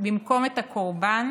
במקום את הקורבן,